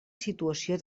situació